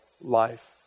life